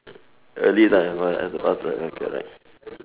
early lah as a bus as a bus driver correct